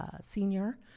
senior